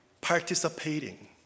participating